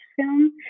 film